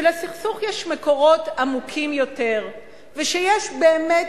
שלסכסוך יש מקורות עמוקים יותר ושיש באמת